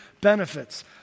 benefits